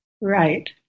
right